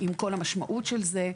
עם כל המשמעות של זה.